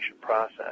process